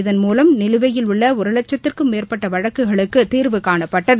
இதன்மூலம் நிலுவையில் உள்ளஒருவட்சத்துக்கும் மேற்பட்டவழக்குகளுக்குதீர்வு காணப்பட்டது